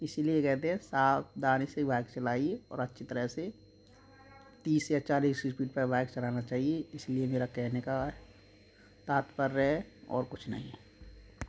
इसीलिए कहते हैं सावधानी से बाइक चलाइए और अच्छी तरह से तीस से चालीस की स्पीड पर बाइक चलाना चाहिए इसलिए मेरा कहने का तात्पर्य है ओर कुछ नहीं है